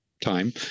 time